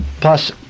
Plus